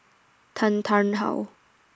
Tan Tarn How